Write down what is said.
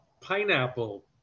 pineapple